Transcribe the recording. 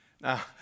Now